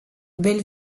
belle